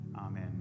Amen